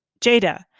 Jada